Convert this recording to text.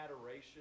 adoration